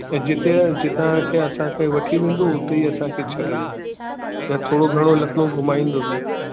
ऐं जिते जितां खे असांखे वठी वेंदो उते ई असांखे छॾंदो यां थोरो घणो लखनऊ घुमाईंदो बि